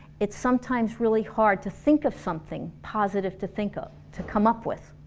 it's sometimes really hard to think of something positive to think of, to come up with